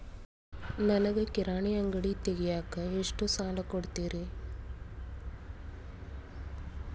ನನಗ ಕಿರಾಣಿ ಅಂಗಡಿ ತಗಿಯಾಕ್ ಎಷ್ಟ ಸಾಲ ಕೊಡ್ತೇರಿ?